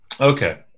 Okay